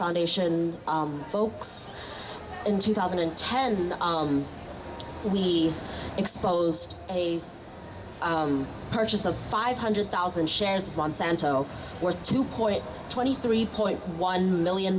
foundation folks in two thousand and ten when we exposed a purchase of five hundred thousand shares monsanto worth two point twenty three point one million